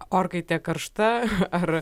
orkaitė karšta ar